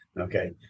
okay